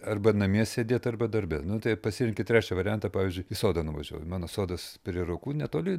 arba namie sėdėt arba darbe nu tai pasirenki trečią variantą pavyzdžiui į sodą nuvažiuoji mano sodas prie rokų netoli